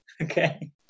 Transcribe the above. okay